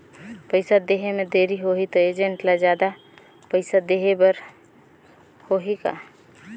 पइसा देहे मे देरी होही तो एजेंट ला जादा पइसा देही बर होही का?